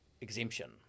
exemption